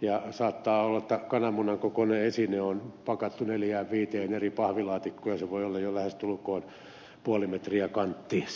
ja saattaa olla että kananmunan kokoinen esine on pakattu neljään viiteen eri pahvilaatikkoon ja se voi olla jo lähestulkoon puoli metriä kanttiinsa